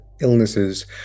illnesses